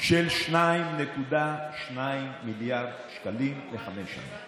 של 2.2 מיליארד שקלים לחמש שנים.